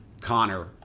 Connor